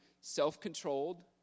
Self-controlled